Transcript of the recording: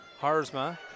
Harzma